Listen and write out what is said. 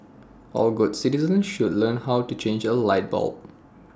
all good citizens should learn how to change A light bulb